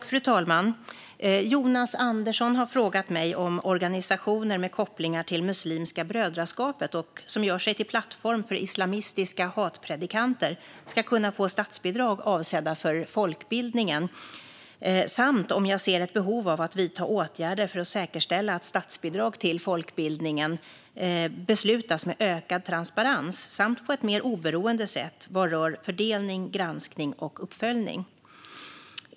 Fru talman! har frågat mig om organisationer som har kopplingar till Muslimska brödraskapet och som gör sig till plattform för islamistiska hatpredikanter ska kunna få statsbidrag avsedda för folkbildningen. Han har också frågat om jag ser ett behov av att vidta åtgärder för att säkerställa att statsbidrag till folkbildningen beslutas med ökad transparens samt på ett mer oberoende sätt vad rör fördelning, granskning och uppföljning.